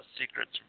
Secrets